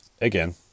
again